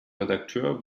redakteur